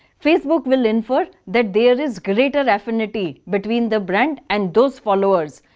facebook will infer that there is greater affinity between the brand and those followers.